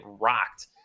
rocked